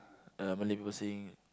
uh Malay people saying